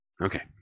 Okay